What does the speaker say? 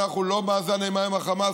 אנחנו לא במאזן אימה עם החמאס,